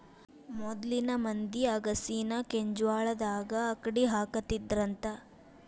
ಮೊದ್ಲಿನ ಮಂದಿ ಅಗಸಿನಾ ಕೆಂಜ್ವಾಳದಾಗ ಅಕ್ಡಿಹಾಕತ್ತಿದ್ರಂತ